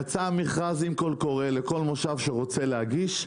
יצא מכרז עם קול קורא לכל מושב שרוצה להגיש,